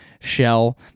shell